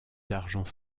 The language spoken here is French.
d’argent